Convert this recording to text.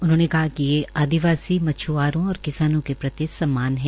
उन्होंने कहा कि ये आदिवासी मछ्आरों और किसानों के प्रति सम्मान है